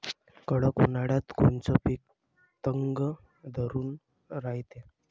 कडक उन्हाळ्यात कोनचं पिकं तग धरून रायते?